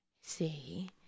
See